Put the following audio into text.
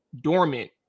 dormant